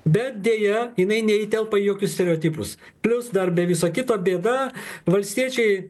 bet deja jinai neįtelpa į jokius stereotipus plius dar be viso kito bėda valstiečiai